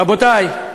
רבותי,